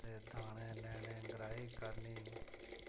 ते दाने लैने ग्राही करनी